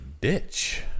ditch